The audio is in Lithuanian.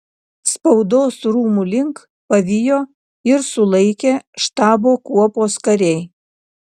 spaudos rūmų link pavijo ir sulaikė štabo kuopos kariai